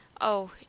Oh